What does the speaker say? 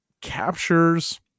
captures